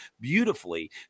beautifully